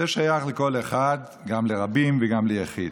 זה שייך לכל אחד, גם לרבים וגם ליחיד.